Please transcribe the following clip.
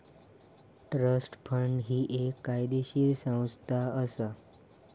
trust fund ही एक कायदेशीर संस्था असा